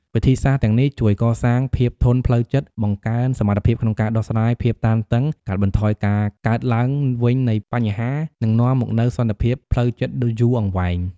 វិធីសាស្ត្រទាំងនេះជួយកសាងភាពធន់ផ្លូវចិត្ត បង្កើនសមត្ថភាពក្នុងការដោះស្រាយភាពតានតឹង កាត់បន្ថយការកើតឡើងវិញនៃបញ្ហា និងនាំមកនូវសន្តិភាពផ្លូវចិត្តដ៏យូរអង្វែង។